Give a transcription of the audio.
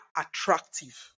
attractive